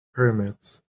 pyramids